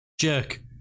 Jerk